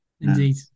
Indeed